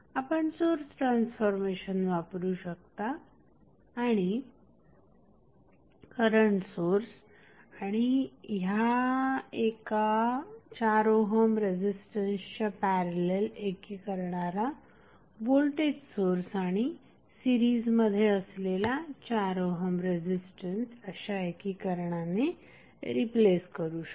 आपण source transformation वापरू शकता आणि करंट सोर्स आणि ह्या एका 4 ओहम रेझिस्टन्सच्या पॅरलल एकीकरणाला व्होल्टेज सोर्स आणि सीरिजमध्ये असलेला 4 ओहम रेझिस्टन्स अशा एकीकरणाने रिप्लेस करू शकता